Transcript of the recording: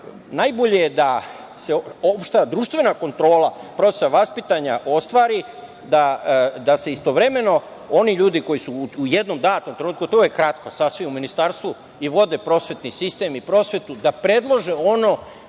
najbolje je da se opšta društvena kontrola procesa vaspitanja ostvari, a da se istovremeno oni ljudi koji su u jednom datom trenutku, a to je kratko, sasvim u Ministarstvu i vode prosvetni sistem i prosvetu, da predlože ono,